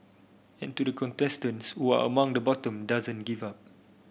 and to the contestants who are among the bottom doesn't give up